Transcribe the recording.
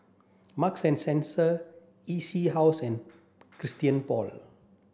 Marks and Spencer E C House and Christian Paul